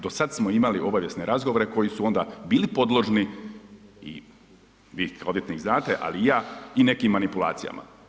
Do sad smo imali obavijesne razgovore koji su onda bili podložni i vi kao odvjetnik znate ali i ja, i nekim manipulacijama.